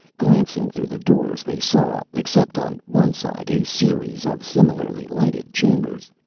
glancing through the doors they saw, except on one side, a series of similarly lighted chambers.